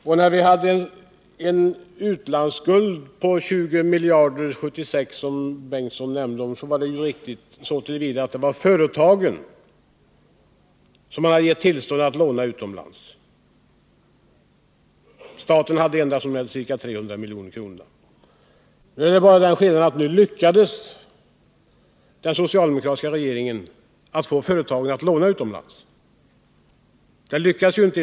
Och när vi hade utlandsskulden på 20 miljarder 1976, som Torsten Bengtson nämnde om, var det ju riktigt så till vida att det var företagen som hade fått tillstånd att låna utomlands — staten hade då endast skulden på de ca 3 milj.kr. Det är bara den skillnaden att den socialdemokratiska regeringen lyckades få företagen att låna utomlands.